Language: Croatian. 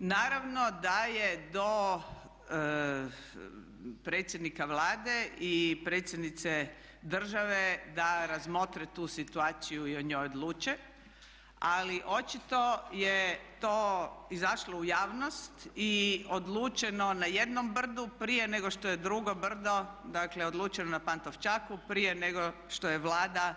Naravno da je do predsjednika Vlade i predsjednice države da razmotre tu situaciju i o njoj odluče, ali očito je to izašlo u javnost i odlučeno na jednom brdu prije nego što je drugo brdo, dakle odlučeno na Pantovčaku, prije nego što je Vlada